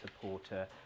supporter